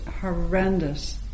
horrendous